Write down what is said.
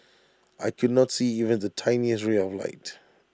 I could not see even the tiniest ray of light